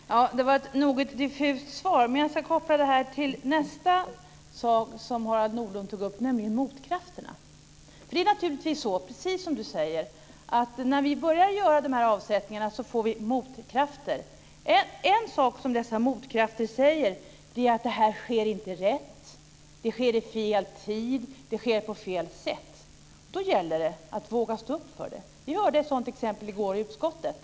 Fru talman! Det var ett något diffust svar, men jag ska koppla det här till nästa sak som Harald Nordlund tog upp, nämligen motkrafterna. Det är naturligtvis så, precis som Harald Nordlund säger, att när vi börjar göra de här avsättningarna får vi motkrafter. En sak som dessa motkrafter säger är att det här inte går rätt till. Det sker vid fel tidpunkt. Det sker på fel sätt. Då gäller det att våga stå upp för det här. Vi hörde ett sådant exempel i går i utskottet.